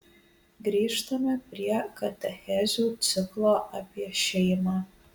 grįžtame prie katechezių ciklo apie šeimą